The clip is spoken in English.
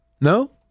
No